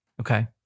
Okay